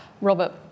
Robert